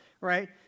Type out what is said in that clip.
right